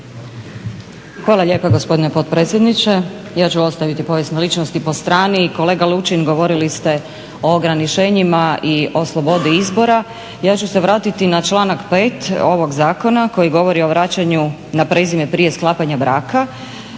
Hvala lijepo gospodine potpredsjedniče. Ja ću ostaviti povijesne ličnosti po strani. Kolega Lučin govorili ste o ograničenjima i o slobodi izbora. Ja ću se vratiti na članak 5. ovog Zakona koji govori o vraćanju na prezime prije sklapanja braka,